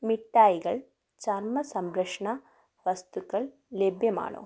മിഠായികൾ ചർമ്മ സംരക്ഷണവസ്തുക്കൾ ലഭ്യമാണോ